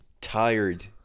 tired